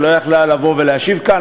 שלא הייתה יכולה לבוא ולהשיב כאן,